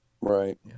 Right